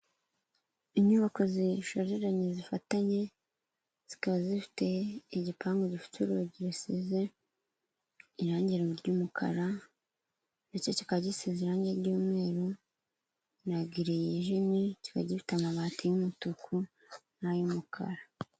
Inyubako zishoreranye zifatanye, zikaba zifite igipangu gifite urugi rusize irange ry'umukara ndetse kikaba gisize irange ry'umweru na giri yijimye, kiba gifite amabati y'umutuku n'ay'umukara.